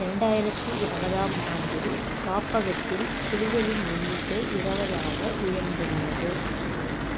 இரண்டாயிரத்து இருபதாம் ஆண்டில் காப்பகத்தில் புலிகளின் எண்ணிக்கை இருபதாக உயர்ந்துள்ளது